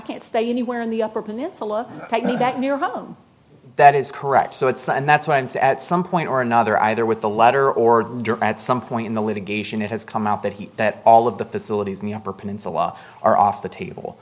can't say anywhere in the upper peninsula take me that near him that is correct so it's and that's why it's at some point or another either with the letter order at some point in the litigation it has come out that he that all all of the facilities in the upper peninsula are off the table